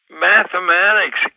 Mathematics